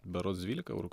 berodos dvylika eurų